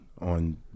on